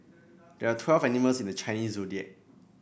there are twelve animals in the Chinese Zodiac